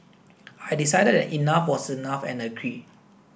I decided that enough was enough and agreed